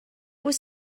was